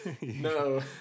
No